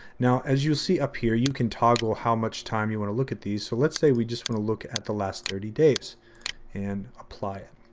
now, as you'll see up here, you can toggle how much time you wanna look at these. so, let's say we just wanna look at the last thirty days and apply it.